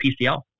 PCL